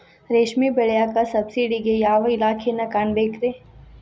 ರೇಷ್ಮಿ ಬೆಳಿಯಾಕ ಸಬ್ಸಿಡಿಗೆ ಯಾವ ಇಲಾಖೆನ ಕಾಣಬೇಕ್ರೇ?